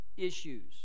Issues